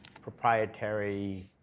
proprietary